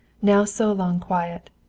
now so long quiet.